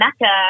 mecca